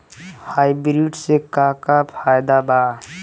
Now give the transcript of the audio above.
Hybrid से का का फायदा बा?